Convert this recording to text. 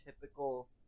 typical